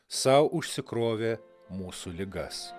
sau užsikrovė mūsų ligas